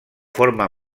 forma